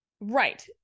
Right